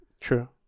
true